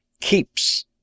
Keeps